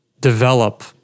develop